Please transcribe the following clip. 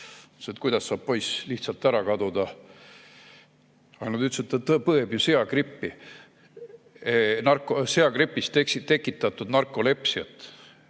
küsisin, kuidas saab poiss lihtsalt ära kaduda. Aga nad ütlesid, et ta põeb ju seagripi tekitatud narkolepsiat,